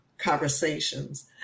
conversations